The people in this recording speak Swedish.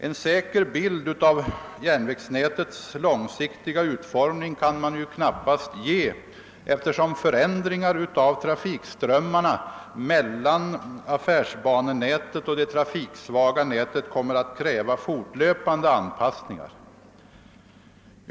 En säker bild av järnvägsnätets långsiktiga utformning kan man knappast ge, efter som förändringar av trafikströmmarna mellan affärsbanenätet och det trafiksvaga nätet kommer att kräva fortlöpande anpassningar.